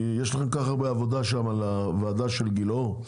יש לכם כל כך הרבה עבודה שמה לוועדה של גילאור,